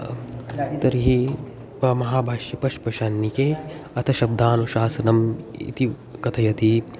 तर्हि म महाभाष्ये पश्पशान्निके अत शब्दानुशासनम् इति कथयति